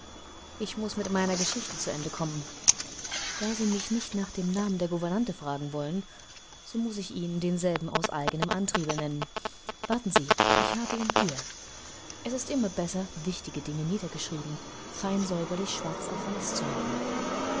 ich muß mit meiner geschichte zu ende kommen da sie mich nicht nach dem namen der gouvernante fragen wollen so muß ich ihnen denselben aus eigenem antriebe nennen warten sie ich habe ihn hier es ist immer besser wichtige dinge niedergeschrieben fein säuberlich schwarz auf weiß zu haben